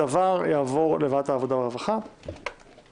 יעבור לוועדת העבודה, הרווחה והבריאות.